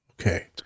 Okay